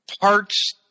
parts